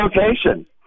location